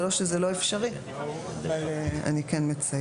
זה לא שזה לא אפשרי אבל אני כן מציינת.